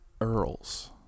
Earl's